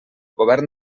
govern